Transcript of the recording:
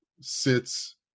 sits